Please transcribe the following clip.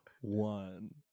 one